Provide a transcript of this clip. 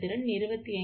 74 disk எண் மூன்று